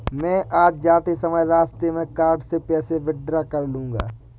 मैं आज जाते समय रास्ते में कार्ड से पैसे विड्रा कर लूंगा